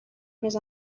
més